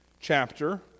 chapter